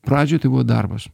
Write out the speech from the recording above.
pradžioj tai buvo darbas